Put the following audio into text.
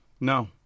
No